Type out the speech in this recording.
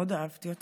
מאוד אהבתי אותם,